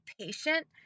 patient